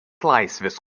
laisvės